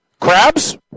Crabs